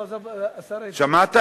לא, השר איתן, זה, שמעת?